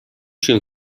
się